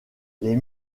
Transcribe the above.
les